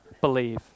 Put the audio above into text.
believe